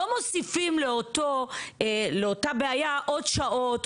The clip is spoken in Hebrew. לא מוסיפים לאותה בעיה עוד שעות,